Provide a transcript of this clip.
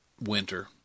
winter